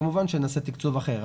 כמובן שנעשה תקצוב אחר,